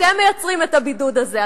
אתם מייצרים את הבידוד הזה.